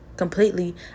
completely